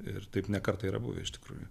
ir taip ne kartą yra buvę iš tikrųjų